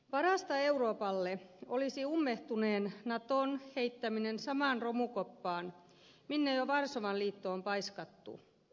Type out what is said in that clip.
parasta euroopalle olisi ummehtuneen naton heittäminen samaan romukoppaan minne jo varsovan liitto on paiskattu